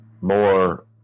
more